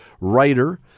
writer